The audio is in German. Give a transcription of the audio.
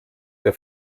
der